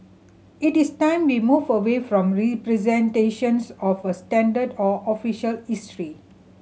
it is time we move away from representations of a 'standard' or 'official' history